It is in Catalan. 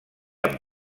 amb